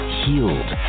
healed